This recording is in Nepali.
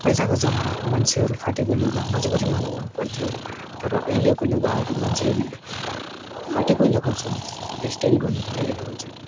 पहिलाको जमानाको मान्छेहरू फाटेको लुगा मजबुरीमा लगाउनु पर्थ्यो तर अहिलेको लुगाहरू मान्छेहरूले फाटेकै लगाउँछन् तर स्टाइल गर्नुको लागि लगाउँछन्